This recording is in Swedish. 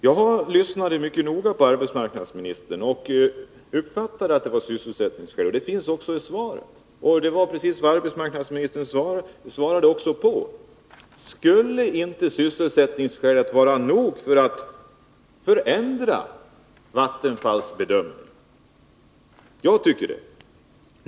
Jag lyssnade mycket noga på arbetsmarknadsministern och uppfattade att det var fråga om sysselsättningsskäl. Det finns också i svaret — det var precis vad arbetsmarknadsministern svarade. Skulle inte sysselsättningsskälen vara nog för att ändra Vattenfalls bedömning? Jag tycker det.